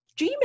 Gmail